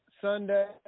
Sunday